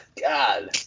god